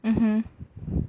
mmhmm